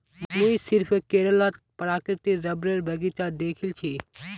मुई सिर्फ केरलत प्राकृतिक रबरेर बगीचा दखिल छि